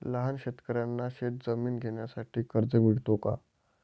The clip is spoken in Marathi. लहान शेतकऱ्यांना शेतजमीन घेण्यासाठी कर्ज मिळतो का?